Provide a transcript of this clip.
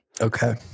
Okay